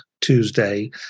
Tuesday